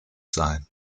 sein